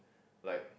like